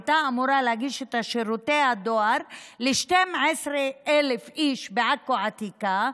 הייתה אמורה לתת את שירותי הדואר ל-12,000 איש בעכו העתיקה,